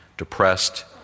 depressed